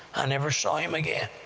i never saw him again.